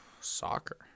Soccer